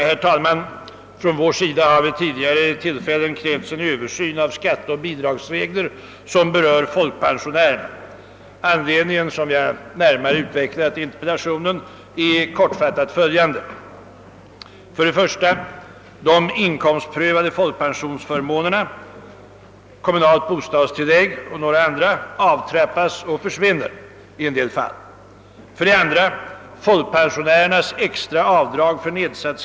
Herr talman! Folkpartiet har under en följd av år krävt en översyn av de skatteoch bidragsregler som medför att orimliga avbränningar sker på folkpensionärernas extrainkomster, när dessa höjs över en viss nivå. I vissa lägen kan avbränningarna t.o.m. bli större än de extrainkomster som pensionären åstadkommer med en extra arbetsinsats. Hans eller hennes ökade insats i produktionen belönas således med sänkt nettoinkomst. De påtalade effekterna beror på att följande för pensionärernas extrainkomster ogynnsamma verkningar inträffar ungefär samtidigt: 2) Folkpensionärernas extra avdrag för nedsatt skatteförmåga urholkas och upphör. | 3) Skatt börjar utgå. Redan vid låga inkomster måste kommunalskatt erläggas. Vid något högre sidoinkomster träder statsskatten till. | drabbade pensionärer. Som vi emellertid påpekade i en motion var de inte tillfredsställande.